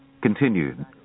continued